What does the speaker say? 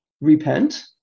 Repent